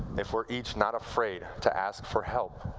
if we're each not afraid to ask for help,